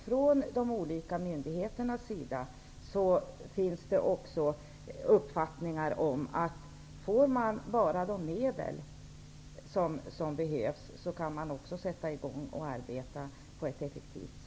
Hos de olika myndigheterna råder uppfattningen att de kan sätta i gång och arbeta på ett effektivt sätt bara de får de medel som behövs.